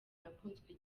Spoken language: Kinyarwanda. yakunzwe